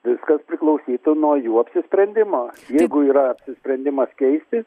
viskas priklausytų nuo jų apsisprendimo jeigu yra sprendimas keisti